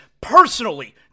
personally